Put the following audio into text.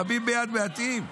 רבים ביד מעטים,